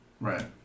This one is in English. Right